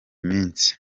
minsi